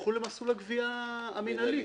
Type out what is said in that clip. ילכו למסלול הגבייה המינהלית,